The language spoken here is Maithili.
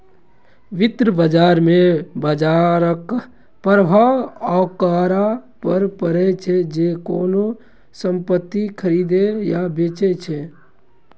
वित्त बाजार मे बाजरक प्रभाव ओकरा पर पड़ै छै, जे कोनो संपत्ति खरीदै या बेचै छै